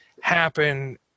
happen